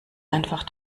einfach